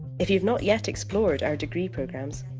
if you've not yet explored our degree programmes,